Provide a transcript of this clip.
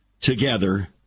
together